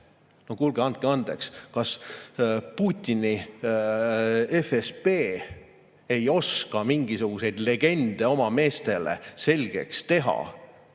kuulge, andke andeks! Kas Putini FSB ei oska mingisuguseid legende oma meestele selgeks teha?